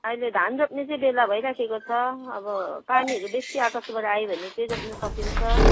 अहिले धान रोप्ने चाहिँ बेला भइराखेको छ अब पानीहरू बेसी आकाशबाट आयो भने चाहिँ रोप्नु सकिन्छ